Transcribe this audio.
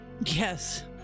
yes